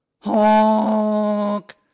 Honk